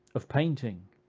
of painting,